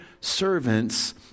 servants